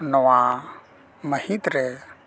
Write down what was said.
ᱱᱚᱣᱟ ᱢᱟᱹᱦᱤᱛ ᱨᱮ